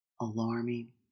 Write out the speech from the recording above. alarming